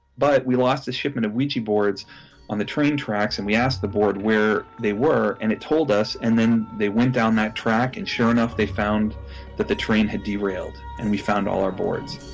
but we lost a shipment of ouija boards on the train tracks and we asked the board where they were and it told us, and then they went down that track and sure enough, they found that the train had derailed and we found all our boards